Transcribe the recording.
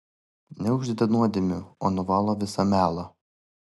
neuždeda nuodėmių o nuvalo visą melą